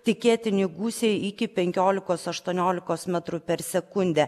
tikėtini gūsiai iki penkiolikos aštuoniolikos metrų per sekundę